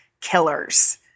killers